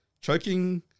Choking